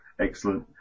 Excellent